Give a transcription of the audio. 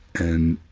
and,